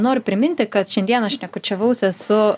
noriu priminti kad šiandieną šnekučiavausi su